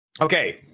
Okay